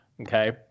okay